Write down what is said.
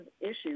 issues